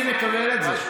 אני מקבל את זה,